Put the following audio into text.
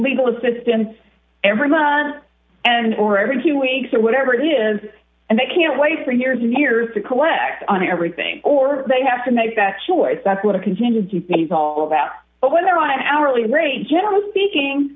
legal assistance every month and or every two dollars weeks or whatever it is and they can't wait for years and years to collect on everything or they have to make that choice that's what a continued g p is all about but when they're on hourly rate generally speaking